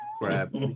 grab